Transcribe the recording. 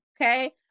okay